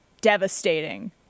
devastating